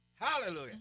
Hallelujah